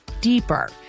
deeper